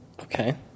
Okay